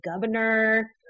governor